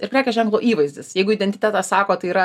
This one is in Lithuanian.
ir prekės ženklo įvaizdis jeigu identitetas sako tai yra